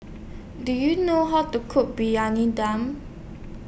Do YOU know How to Cook Briyani Dum